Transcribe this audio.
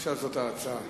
עכשיו זאת ההצעה.